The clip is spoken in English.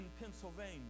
Pennsylvania